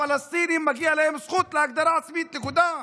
לפלסטינים מגיעה זכות להגדרה עצמית, נקודה.